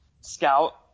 Scout